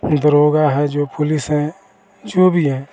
दरोगा है जो पुलिस है जो भी है